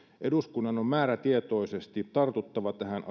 eduskunnan on määrätietoisesti tartuttava tähän